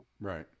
Right